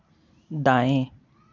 दाएँ